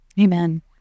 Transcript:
Amen